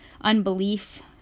unbelief